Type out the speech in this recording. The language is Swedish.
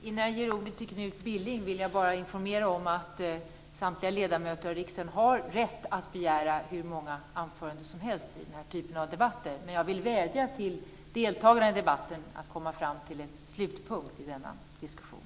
Innan jag ger ordet till Knut Billing vill jag bara informera om att samtliga ledamöter av riksdagen har rätt att begära hur många anföranden som helst i den här typen av debatter. Men jag vill vädja till deltagarna i debatten att komma fram till en slutpunkt i denna diskussion.